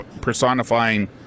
personifying